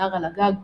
כנר על הגג,